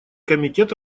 комитет